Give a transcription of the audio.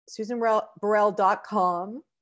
susanburrell.com